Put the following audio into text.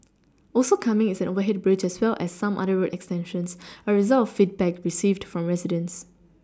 also coming is an overhead bridge as well as some other road extensions a result of feedback received from residents